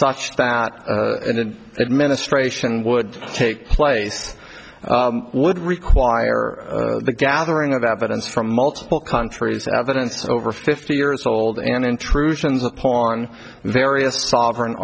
such that in an administration would take place would require the gathering of evidence from multiple countries evidence over fifty years old and intrusions upon various sovereign